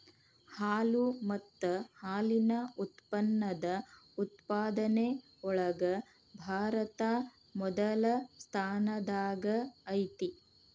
ಹಾಲು ಮತ್ತ ಹಾಲಿನ ಉತ್ಪನ್ನದ ಉತ್ಪಾದನೆ ಒಳಗ ಭಾರತಾ ಮೊದಲ ಸ್ಥಾನದಾಗ ಐತಿ